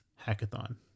hackathon